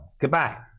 goodbye